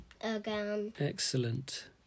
Excellent